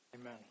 Amen